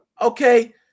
okay